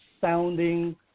sounding